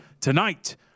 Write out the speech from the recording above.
Tonight